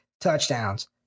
touchdowns